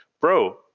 bro